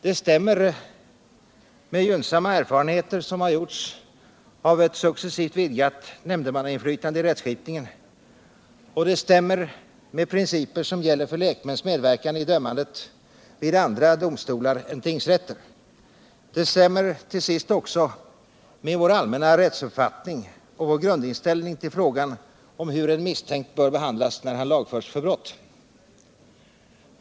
Det stämmer med gynnsamma erfarenheter som har gjorts av ett successivt vidgat nämndemannainflytande i rättsskipningen, och det stämmer med principer som gäller för lekmäns medverkan i dömandet vid andra domstolar än tingsrätter. Det stämmer till sist också med vår allmänna rättsuppfattning och vår grundinställning till frågan om hur en misstänkt bör behandlas när han lagförs för brott.